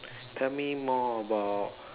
tell me more about